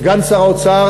סגן שר האוצר,